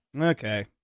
Okay